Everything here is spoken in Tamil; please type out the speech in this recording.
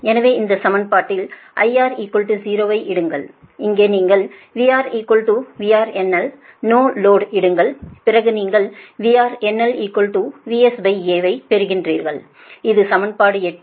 எனவே இந்த சமன்பாட்டில் IR 0 ஐ இடுங்கள் இங்கே நீங்கள் VR VRNL நோலோடை இடுங்கள் பிறகு நீங்கள் VRNL VSA ஐப் பெறுவீர்கள் இது சமன்பாடு 8